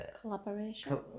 Collaboration